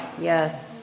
Yes